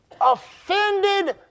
offended